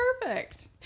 perfect